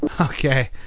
Okay